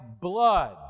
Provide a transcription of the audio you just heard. blood